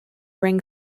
ring